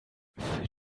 für